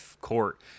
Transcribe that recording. court